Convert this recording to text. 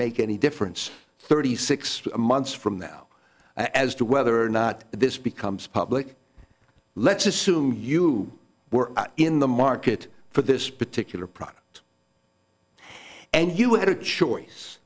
make any difference thirty six months from now as to whether or not this becomes public let's assume you were in the market for this particular product and you had a choice